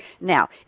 Now